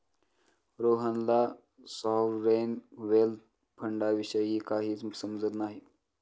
रोहनला sovereign wealth फंडाविषयी काहीच समजत नाही